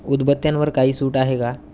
उदबत्त्यांवर काही सूट आहे का